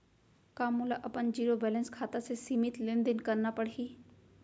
का मोला अपन जीरो बैलेंस खाता से सीमित लेनदेन करना पड़हि?